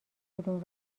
کدوم